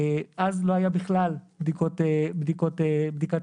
אז לא היו בכלל בדיקת --- באריאל.